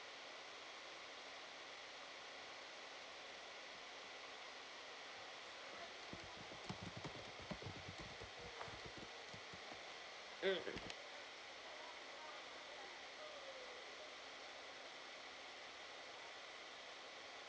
mm